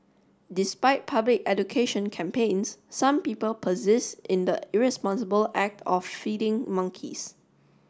despite public education campaigns some people persist in the irresponsible act of feeding monkeys